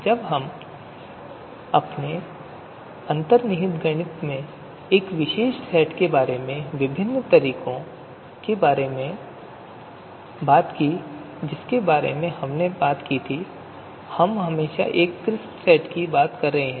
जब भी हमने अपने अंतर्निहित गणित में एक विशेष सेट के बारे में विभिन्न तकनीकों के बारे में बात की जिसके बारे में हमने बात की हम हमेशा एक क्रिस्प सेट की बात कर रहे थे